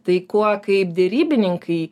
tai kuo kaip derybininkai